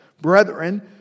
brethren